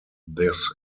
this